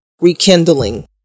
rekindling